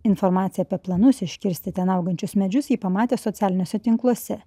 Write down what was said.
informaciją apie planus iškirsti ten augančius medžius ji pamatė socialiniuose tinkluose